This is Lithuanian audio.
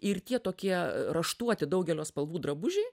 ir tie tokie raštuoti daugelio spalvų drabužiai